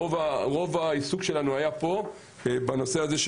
רוב העיסוק שלנו היה פה בנושא הזה,